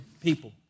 people